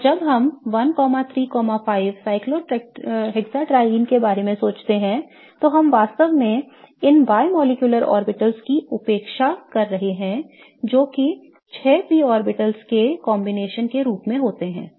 और जब हम1 3 5 cyclohexatriene के बारे में सोचते हैं तो हम वास्तव में इन बायोमोलेकुलर ऑर्बिटल्स की उपेक्षा कर रहे हैं जो कि छह p ऑर्बिटल्स के संयोजन के रूप में होते हैं